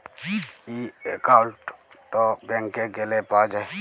ই account ব্যাংকে গ্যালে পাউয়া যায়